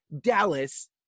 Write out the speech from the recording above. Dallas